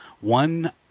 one